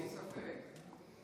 כן, בלי ספק.